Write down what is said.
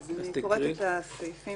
בבקשה.